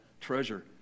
treasure